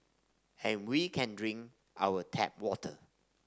and we can drink our tap water